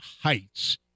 heights